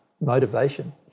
motivation